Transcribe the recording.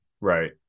Right